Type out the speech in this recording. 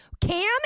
Cam